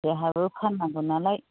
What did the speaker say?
जोंहाबो फाननांगौ नालाय